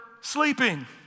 sleeping